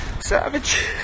Savage